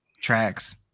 tracks